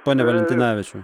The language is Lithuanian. pone valentinavičiau